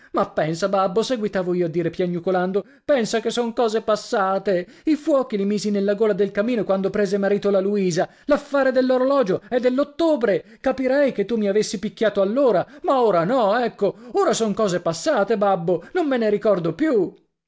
ma pensa babbo seguitavo io a dire piagnucolando pensa che son cose passate i fuochi li misi nella gola del camino quando prese marito la luisa l'affare dell'orologio è dell'ottobre capirei che tu mi avessi picchiato allora ma ora no ecco ora son cose passate babbo non me ne ricordo più